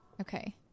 okay